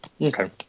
Okay